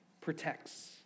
protects